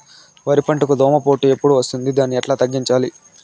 వరి పంటకు దోమపోటు ఎప్పుడు వస్తుంది దాన్ని ఎట్లా తగ్గించాలి?